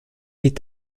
est